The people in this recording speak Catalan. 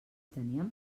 tenien